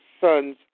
sons